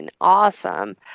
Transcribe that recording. awesome